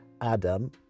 adam